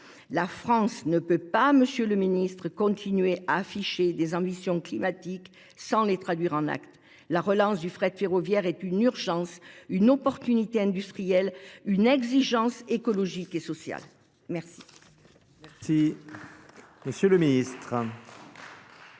La France ne peut pas, Monsieur le Ministre, continuer à afficher des ambitions climatiques sans les traduire en actes. La relance du fret ferroviaire est une urgence, une opportunité industrielle, une exigence écologique et sociale. Merci.